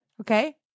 Okay